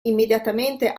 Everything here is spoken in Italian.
immediatamente